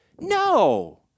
No